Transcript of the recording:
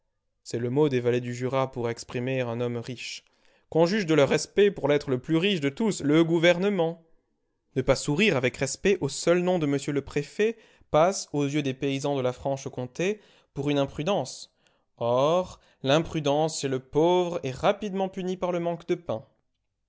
c'est le mot des vallées du jura pour exprimer un homme riche qu'on juge de leur respect pour l'être le plus riche de tous le gouvernement ne pas sourire avec respect au seul nom de m le préfet passe aux yeux des paysans de la franche-comté pour une imprudence or l'imprudence chez le pauvre est rapidement punie par le manque de pain